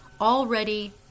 already